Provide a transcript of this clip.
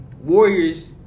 Warriors